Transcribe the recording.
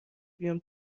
بیام